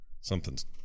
Something's